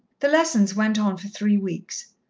the lessons went on for three weeks.